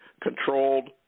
controlled